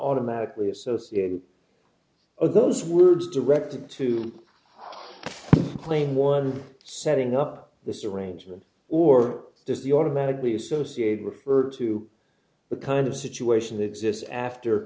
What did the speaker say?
automatically associated are those words directed to plain one setting up this arrangement or does the automatically associate refer to the kind of situation that exists after